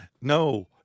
No